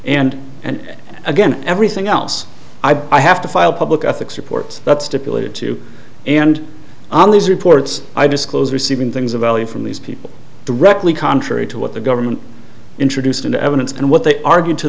and and again everything else i buy have to file public ethics reports that stipulated to and on these reports i disclose receiving things of value from these people directly contrary to what the government introduced into evidence and what they argued to